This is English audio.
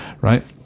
right